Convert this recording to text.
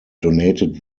donated